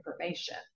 information